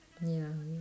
ya